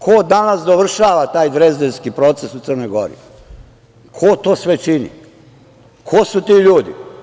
Ko danas dovršava taj Drezdenski proces u Crnoj Gori, ko to sve čini, ko su ti ljudi?